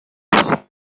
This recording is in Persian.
است